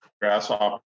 grasshopper